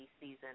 season